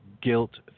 guilt